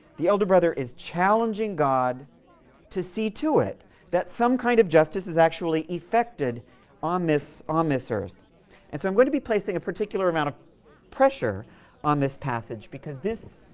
the elder brother is challenging god to see to it that some kind of justice is actually effected on this on this earth and so i'm going to be placing a particular amount of pressure on this passage because this